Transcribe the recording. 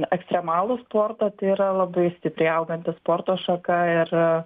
ekstremalų sportą tai yra labai stipriai auganti sporto šaka ir